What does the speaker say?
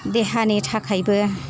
देहानि थाखायबो